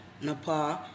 Nepal